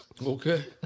Okay